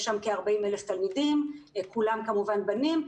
יש שם כ-40,000 תלמידים, כולם כמובן בנים.